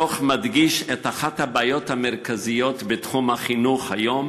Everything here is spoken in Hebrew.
הדוח מדגיש את אחת הבעיות המרכזיות בתחום החינוך היום: